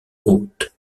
haute